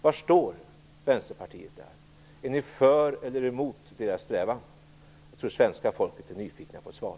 Var står Vänsterpartiet där, är ni för eller emot deras strävan? Jag tror att svenska folket är nyfiket på ett svar.